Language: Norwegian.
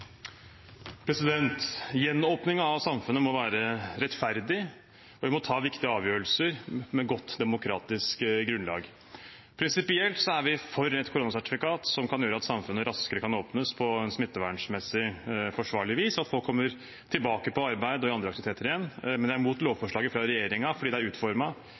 av samfunnet må være rettferdig, og vi må ta viktige avgjørelser med godt demokratisk grunnlag. Prinsipielt er vi for et koronasertifikat som kan gjøre at samfunnet raskere kan åpnes på et smittevernmessig forsvarlig vis, og at folk kommer tilbake på arbeid og i andre aktiviteter igjen, men jeg er mot lovforslaget fra regjeringen fordi det er